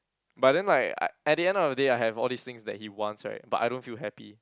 but then like uh at the end of the day I have all these things that he wants right but I don't feel happy